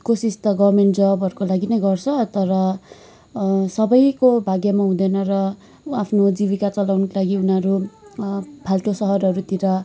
कोसिस त गभर्मेन्ट जबहरूको लागि नै गर्छ तर सबैको भाग्यमा हुँदैन र आफ्नो जीविका चलाउनको लागि उनीहरू फाल्टो सहरहरूतिर